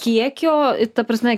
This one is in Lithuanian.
kiekio ta prasme